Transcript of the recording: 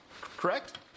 Correct